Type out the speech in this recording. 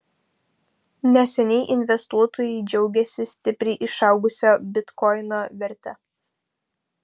neseniai investuotojai džiaugėsi stipriai išaugusia bitkoino verte